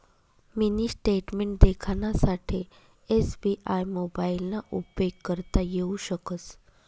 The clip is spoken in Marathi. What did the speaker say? मिनी स्टेटमेंट देखानासाठे एस.बी.आय मोबाइलना उपेग करता येऊ शकस